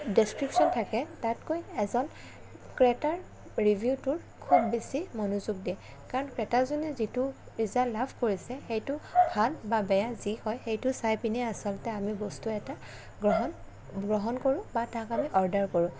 description থাকে তাতকৈ এজন ক্ৰেতাৰ ৰিভিউটোৰ খুব বেছি মনোযোগ দিয়ে কাৰণ ক্ৰেতাজনে যিটো ৰিজাল্ট লাভ কৰিছে সেইটো ভাল বেয়া যি বুলি কয় সেইটো চাই পিনে আচলতে আমি বস্তু এটা গ্ৰহণ গ্ৰহণ কৰোঁ বা তাক আমি অৰ্ডাৰ কৰোঁ